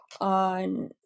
on